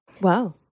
Wow